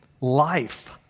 life